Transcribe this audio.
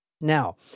Now